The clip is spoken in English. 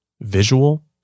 visual